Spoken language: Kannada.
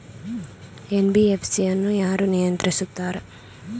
ಎನ್.ಬಿ.ಎಫ್.ಸಿ ಅನ್ನು ಯಾರು ನಿಯಂತ್ರಿಸುತ್ತಾರೆ?